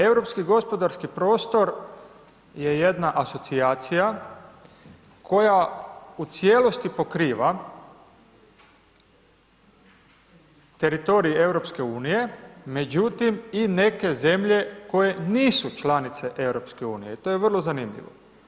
Europski gospodarski prostor je jedna asocijacija koja u cijelosti pokriva teritorij EU međutim i neke zemlje koje nisu članice EU i to je vrlo zanimljivo.